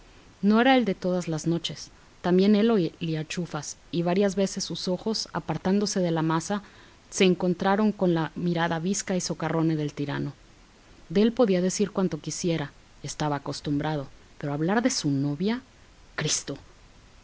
no era el de todas las noches también él olía a chufas y varias veces sus ojos apartándose de la masa se encontraron con la mirada bizca y socarrona del tirano de él podía decir cuanto quisiera estaba acostumbrado pero hablar de su novia cristo